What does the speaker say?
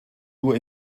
nur